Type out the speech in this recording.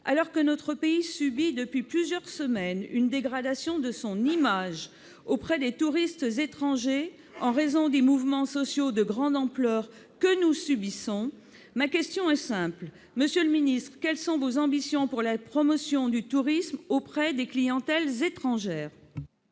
Alors que notre pays subit depuis plusieurs semaines une dégradation de son image auprès des touristes étrangers en raison des mouvements sociaux de grande ampleur que nous subissons, monsieur le ministre, quelles sont vos ambitions pour la promotion du tourisme auprès des clientèles étrangères ?